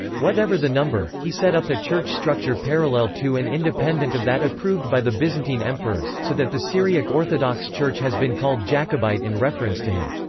whatever the number, he set up a church structure parallel to and independent of that approved by the byzantine emperors, so that the syriac orthodox church has been called jacobite in reference to him.